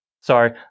sorry